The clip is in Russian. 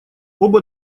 оба